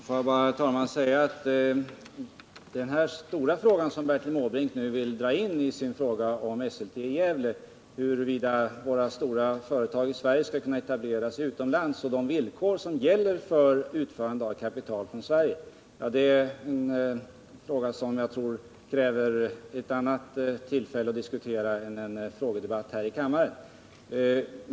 Herr talman! Det är en stor fråga som Bertil Måbrink nu tar upp i samband med sin fråga om Esselte i Gävle, nämligen huruvida våra stora svenska företag skall kunna etablera sig utomlands och de villkor som gäller för utförande av kapital från Sverige. För att diskutera den krävs ett annat tillfälle än en frågestund här i kammaren.